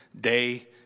day